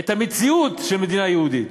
בהם את המציאות של מדינה יהודית.